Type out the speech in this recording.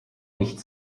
nicht